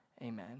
amen